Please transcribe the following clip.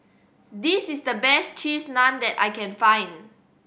this is the best Cheese Naan that I can find